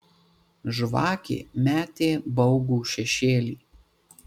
žvakė metė baugų šešėlį